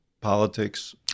politics